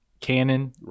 canon